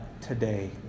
today